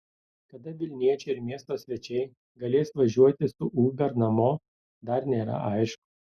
kada vilniečiai ir miesto svečiai galės važiuoti su uber namo dar nėra aišku